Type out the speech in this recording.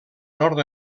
nord